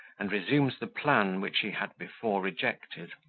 and resumes the plan which she had before rejected.